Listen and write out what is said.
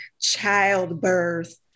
childbirth